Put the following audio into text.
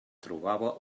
trobava